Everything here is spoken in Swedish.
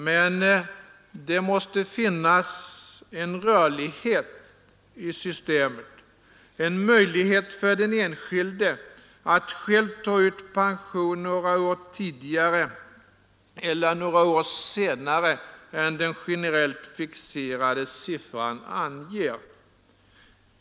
Men det måste finnas rörlighet i systemet, en möjlighet för den enskilde att ta ut pension några år tidigare eller senare än den generellt fixerade pensionsåldern anger.